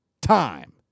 time